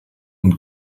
und